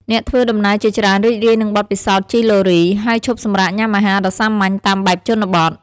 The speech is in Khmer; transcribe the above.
អ្នកធ្វើដំណើរជាច្រើនរីករាយនឹងបទពិសោធន៍ជិះឡូរី ហើយឈប់សម្រាកញ៉ាំអាហារដ៏សាមញ្ញតាមបែបជនបទ។